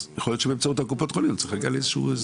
אז יכול להיות שבאמצעות קופות החולים צריך להגיע לאיזשהו הסדר.